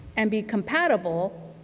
and be compatible,